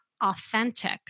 authentic